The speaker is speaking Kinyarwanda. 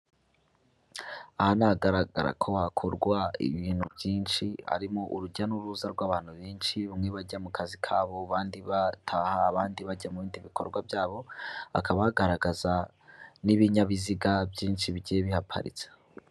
Aha ni ahagaragara ko hakorwa ibintu byinshi, harimo urujya n'uruza rw'abantu benshi bamwe bajya mu kazi kabo, abandi bataha, abandi bajya mu bindi bikorwa byabo, hakaba hagaragaza n'ibinyabiziga byinshi bigiye bihaparitse.